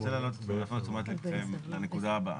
אני רוצה להפנות את תשומת לבכם לנקודה הבאה.